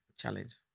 challenge